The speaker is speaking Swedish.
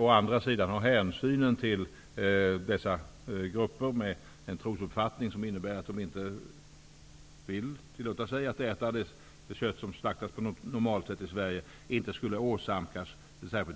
Å andra sidan har man av hänsyn till dessa gruppers trosuppfattning, som innebär att de inte vill tillåta sig att äta kött som slaktats på normalt sätt i Sverige, inte velat åsamka dem